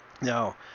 Now